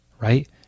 right